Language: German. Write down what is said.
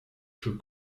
für